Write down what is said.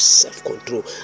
self-control